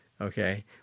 Okay